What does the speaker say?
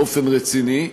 באופן רציני.